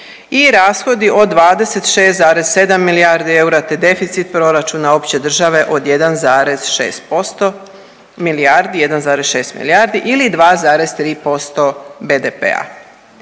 i rashodi od 26,7 milijardi eura te deficit proračuna opće države od 1,6% milijardi 1,6